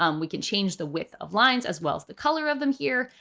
um we can change the width of lines as well as the color of them here.